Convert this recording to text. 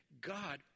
God